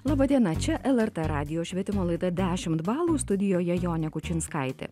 laba diena čia lrt radijo švietimo laida dešimt balų studijoje jonė kučinskaitė